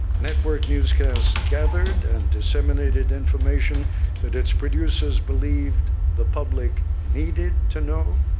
network newscasts gathered and disseminated information that its producers believed the public needed to know,